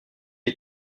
est